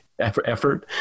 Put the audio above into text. effort